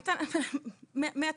מעצמי.